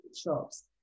shops